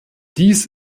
dies